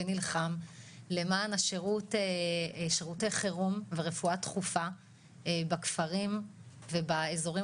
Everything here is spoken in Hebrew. ונלחם למען שירותי החירום ורפואה דחופה בכפרים ובאזורים